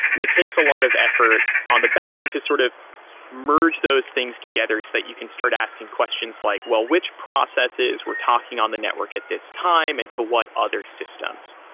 and it takes a lot of effort on the backend to sort of merge those things together so that you can start asking questions like, well, which processes were talking on the network at this time and to what other systems?